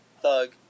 thug